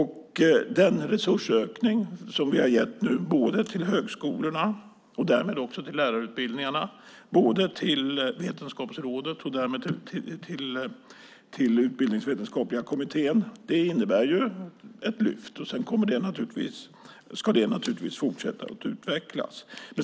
Den resursökning som vi nu har gett både till högskolorna, och därmed också till lärarutbildningar, och till Vetenskapsrådet, och därmed till utbildningsvetenskapliga kommittén, innebär ett lyft. Det ska naturligtvis fortsätta att utvecklas.